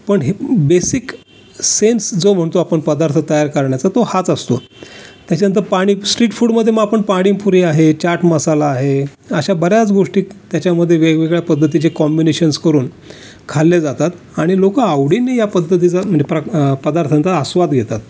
पण हे basic sense जो म्हणतो आपण पदार्थ तयार करण्याचा तो हाच असतो त्याच्यानंतर पाणी स्ट्रीट फूडमध्ये मग आपण पाणीपुरी आहे चाटमसाला आहे अशा बऱ्याच गोष्टी त्याच्यामध्ये वेगवेगळ्या पद्धतीचे कॉम्बिनेशन्स करून खाल्ले जातात आणि लोक आवडीने या पद्धतीचा म्हणजे प्र पदार्थांचा आस्वाद घेतात